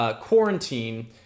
quarantine